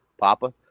Papa